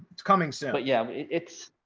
it's coming soon. but yeah, it's,